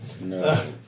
No